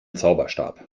zauberstab